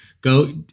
go